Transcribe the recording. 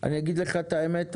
אני אגיד לך את האמת אבל,